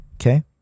okay